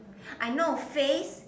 I know phase